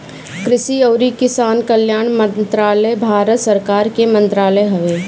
कृषि अउरी किसान कल्याण मंत्रालय भारत सरकार के मंत्रालय हवे